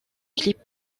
clip